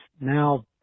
Now